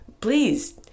please